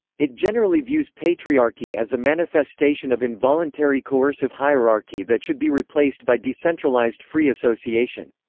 it generally views patriarchy as a manifestation of involuntary coercive hierarchy that should be replaced by decentralised free association.